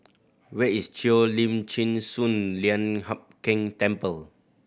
where is Cheo Lim Chin Sun Lian Hup Keng Temple